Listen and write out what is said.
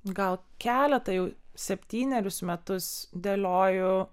gal keletą jau septynerius metus dėlioju